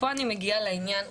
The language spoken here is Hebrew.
ופה אני מגיעה לעניין,